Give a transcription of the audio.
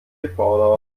gefordert